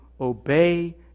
obey